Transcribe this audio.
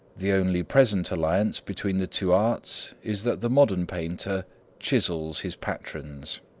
the only present alliance between the two arts is that the modern painter chisels his patrons.